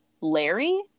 Larry